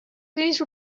please